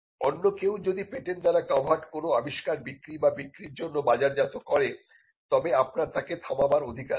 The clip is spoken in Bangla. অন্য কেউ যদি পেটেন্ট দ্বারা কভার্ড্ কোন আবিষ্কার বিক্রি বা বিক্রির জন্য বাজারজাত করে তবে আপনার তাকে থামাবার অধিকার আছে